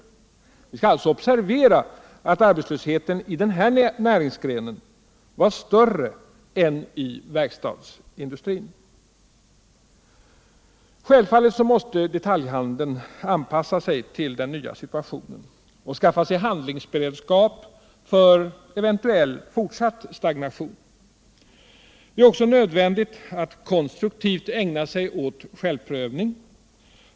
Vi skall observera att arbetslösheten i denna näringsgren var större än i verkstadsindustrin. Självfallet måste detaljhandeln anpassa sig till den nya situationen och skaffa sig handlingsberedskap för eventuell fortsatt stagnation. Det är nödvändigt att konstruktivt ägna sig åt självprövning.